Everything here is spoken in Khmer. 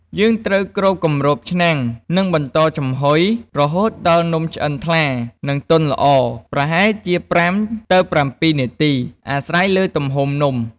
យើងត្រូវគ្របគម្របឆ្នាំង និងបន្តចំហុយរហូតដល់នំឆ្អិនថ្លា និងទន់ល្អ ប្រហែលជា ៥ទៅ៧ នាទី អាស្រ័យលើទំហំនំ។